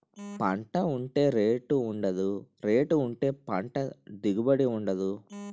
పంట ఉంటే రేటు ఉండదు, రేటు ఉంటే పంట దిగుబడి ఉండదు